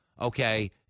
okay